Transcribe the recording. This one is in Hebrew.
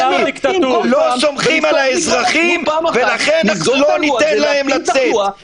לא סומכים על האזרחים, ולכן לא ניתן להם לצאת.